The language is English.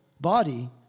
body